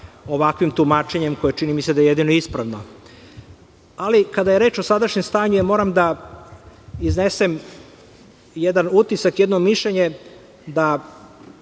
ovakvim tumačenjem, koji čini mi se da je jedino ispravno. Kada je reč o sadašnjem stanju, moram da iznesem jedan utisak, jedno mišljenje da